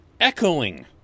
echoing